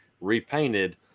repainted